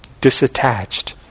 disattached